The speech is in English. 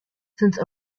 since